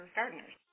gardeners